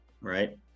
Right